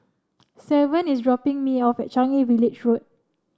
Savon is dropping me off at Changi Village Road